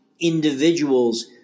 individuals